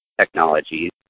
technologies